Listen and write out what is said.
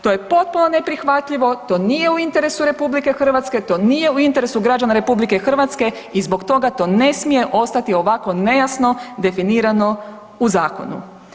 To je potpuno neprihvatljivo, to nije u interesu RH, to nije u interesu građana RH i zbog toga to ne smije ostati ovako nejasno definirano u zakonu.